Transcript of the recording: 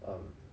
um